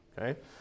okay